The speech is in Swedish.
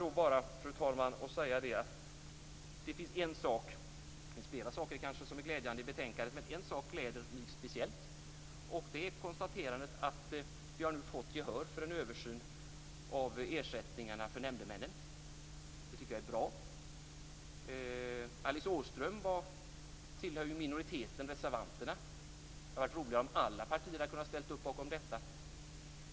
Jag vill avsluta med att säga att det finns en sak som gläder mig speciellt i betänkandet, nämligen konstaterandet att vi nu har fått gehör för en översyn av ersättningarna till nämndemännen. Det tycker jag är bra. Alice Åström tillhör ju minoriteten, reservanterna. Det hade varit roligare om alla partier hade kunnat ställa sig bakom detta.